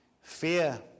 Fear